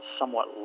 somewhat